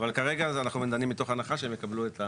אבל כרגע אנחנו דנים מתוך הנחה שהם יקבלו את התיקון.